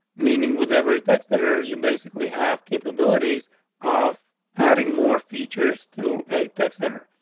meaning with every tax that are, you basically have capabilities of adding more features to a tech center.